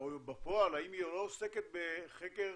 בפועל היא לא עוסקת בחקר